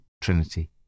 Trinity